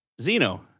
Zeno